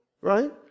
right